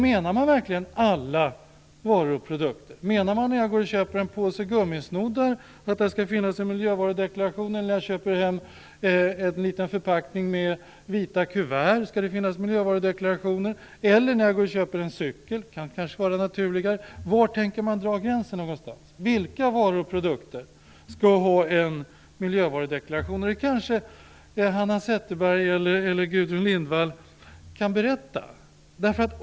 Menar man verkligen alla varor och produkter? Menar man att det skall finnas en miljövarudeklaration när jag går och köper en påse gummisnoddar eller när jag köper hem en liten förpackning med vita kuvert? Skall det finnas miljövarudeklarationer när jag går och köper en cykel? Det kan kanske vara naturligare. Var tänker man dra gränsen någonstans? Vilka varor och produkter skall ha en miljövarudeklaration? Det kanske Hanna Zetterberg eller Gudrun Lindvall kan berätta.